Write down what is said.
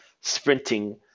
sprinting